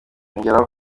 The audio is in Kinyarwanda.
yongeraho